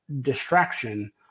distraction